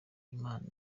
imana